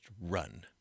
run